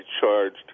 charged